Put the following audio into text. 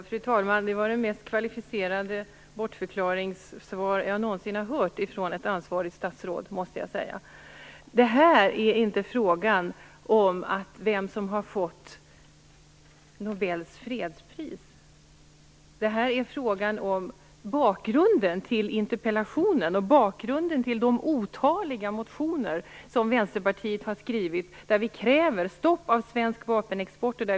Fru talman! Det var den mest kvalificerade bortförklaring jag någonsin har hört i ett svar från ett ansvarigt statsråd. Det här är inte fråga om vem som har fått Nobels fredspris, det är fråga om bakgrunden till interpellationen och bakgrunden till de otaliga motioner som Vänsterpartiet har väckt, där vi kräver stopp av svensk vapenexport.